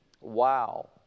Wow